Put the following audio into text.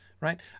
right